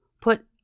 Put